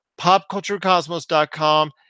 popculturecosmos.com